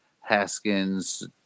Haskins